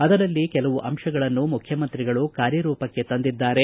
ಅದರಲ್ಲಿ ಕೆಲವು ಅಂಶಗಳನ್ನು ಮುಖ್ಯಮಂತ್ರಿಗಳು ಕಾರ್ಯರೂಪಕ್ಕೆ ತಂದಿದ್ದಾರೆ